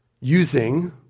using